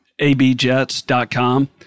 abjets.com